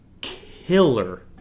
killer